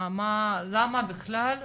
למה בכלל,